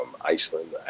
Iceland